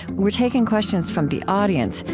we're taking questions from the audience,